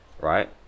right